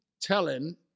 telling